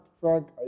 Frank